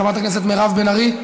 חברת הכנסת מירב בן ארי,